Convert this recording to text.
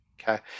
okay